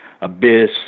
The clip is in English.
Abyss